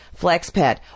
FlexPet